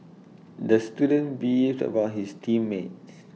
the student beefed about his team mates